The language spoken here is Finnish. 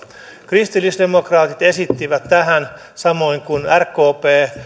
kristillisdemokraatit esittivät tähän samoin kuin rkp